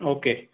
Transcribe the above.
okay